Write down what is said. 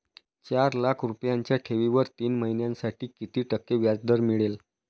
चार लाख रुपयांच्या ठेवीवर तीन महिन्यांसाठी किती टक्के व्याजदर मिळेल?